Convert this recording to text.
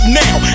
now